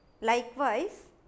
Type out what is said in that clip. Likewise